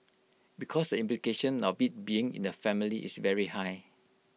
because the implication of IT being in the family is very high